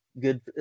good